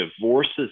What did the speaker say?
divorces